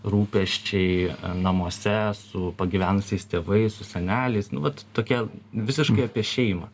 rūpesčiai namuose su pagyvenusiais tėvais su seneliais nu vat tokie visiškai apie šeimą